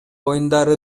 оюндары